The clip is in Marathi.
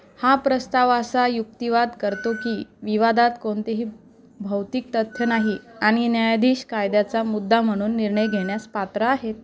हा प्रस्ताव असा युक्तिवाद करतो की विवादात कोणतेही भौतिक तथ्य नाही आणि न्यायाधीश कायद्याचा मुद्दा म्हणून निर्णय घेण्यास पात्र आहेत